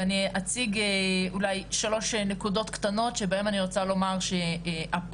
ואני אציג אולי שלוש נקודות קטנות שבהן אני רוצה לומר שהפער